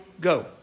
go